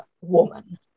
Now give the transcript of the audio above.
woman